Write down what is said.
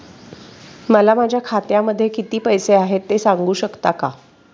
मला माझ्या खात्यामध्ये किती पैसे आहेत ते सांगू शकता का?